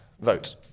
vote